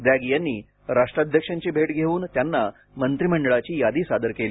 द्रॅ गी यांनी राष्ट्राध्यक्षांची भेट घेऊन त्यांना मंत्रिमंडळाची यादी सादर केली